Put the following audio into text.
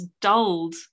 dulled